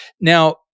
Now